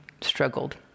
struggled